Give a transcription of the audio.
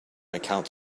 account